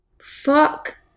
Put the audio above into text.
Fuck